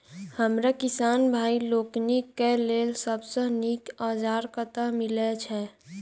हमरा किसान भाई लोकनि केँ लेल सबसँ नीक औजार कतह मिलै छै?